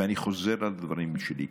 ואני חוזר על הדברים שלי,